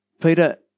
Peter